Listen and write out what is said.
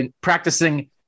practicing